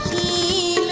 e